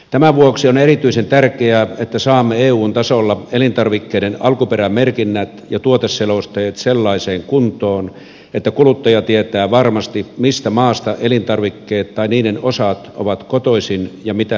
tämän vuoksi on erityisen tärkeää että saamme eun tasolla elintarvikkeiden alkuperämerkinnät ja tuoteselosteet sellaiseen kuntoon että kuluttaja tietää varmasti mistä maasta elintarvikkeet tai niiden osat ovat kotoisin ja mitä ne sisältävät